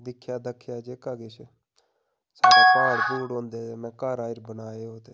दिक्खेआ दुक्खेआ जेह्का किश साढ़ै प्हाड़ पूह्ड़ होंदे में घर आऐ बनाएओ ओह् ते